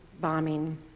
bombing